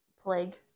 plague